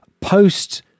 Post